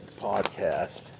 podcast